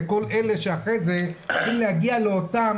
לכל אלה שאחר כך צריכים להגיע לאותן